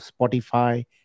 Spotify